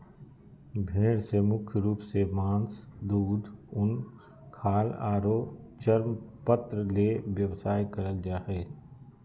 भेड़ से मुख्य रूप से मास, दूध, उन, खाल आरो चर्मपत्र ले व्यवसाय करल जा हई